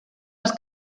les